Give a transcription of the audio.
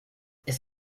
ist